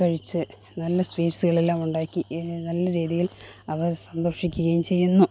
കഴിച്ച് നല്ല സ്വീറ്റ്സുകളെല്ലാം ഉണ്ടാക്കി നല്ല രീതിയില് അവര് സന്തോഷിക്കുകയും ചെയ്യുന്നു